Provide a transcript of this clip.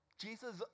Jesus